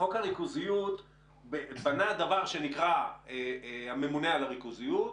חוק הריכוזיות בנה דבר שנקרא הממונה על הריכוזיות,